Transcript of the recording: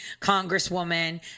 congresswoman